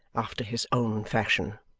after his own fashion.